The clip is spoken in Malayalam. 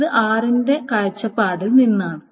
ഇത് r ന്റെ കാഴ്ചപ്പാടിൽ നിന്നാണ്